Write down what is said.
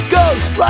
Ghost